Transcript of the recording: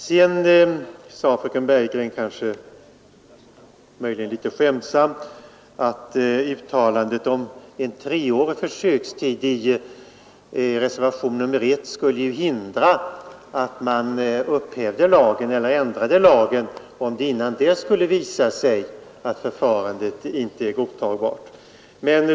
Vidare sade fröken Bergegren — möjligen litet skämtsamt — att uttalandet i reservationen 1 om en treårig försökstid skulle hindra att man upphävde eller ändrade lagen, om det före utgången av dessa tre år skulle visa sig att förfarandet inte är godtagbart.